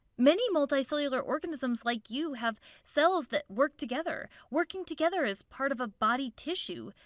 many multicellular organisms, like you, have cells that work together. working together as part of ah body tissue.